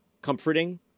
comforting